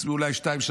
אולי חוץ משתיים,